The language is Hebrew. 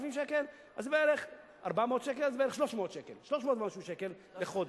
אז בערך 300 ומשהו שקל לחודש.